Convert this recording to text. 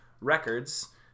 Records